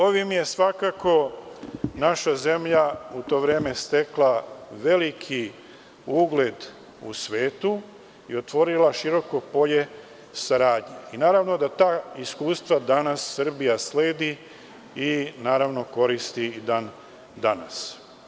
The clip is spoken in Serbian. Ovim je svakako naša zemlja u to vreme stekla veliki ugled u svetu i otvorila široko polje saradnje naravno da ta iskustva danas Srbija sledi i koristi i dan danas.